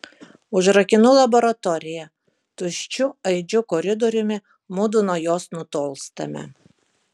užrakinu laboratoriją tuščiu aidžiu koridoriumi mudu nuo jos nutolstame